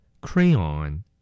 Crayon